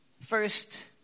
first